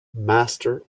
master